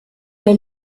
der